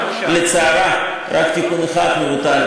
גם בכנסת הזאת וגם בכנסת הקודמת,